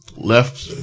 Left